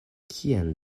kien